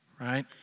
Right